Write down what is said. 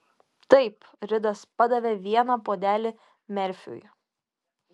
taip ridas padavė vieną puodelį merfiui